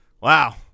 Wow